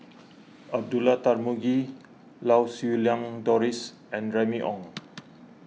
Abdullah Tarmugi Lau Siew Lang Doris and Remy Ong